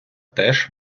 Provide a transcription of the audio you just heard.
теж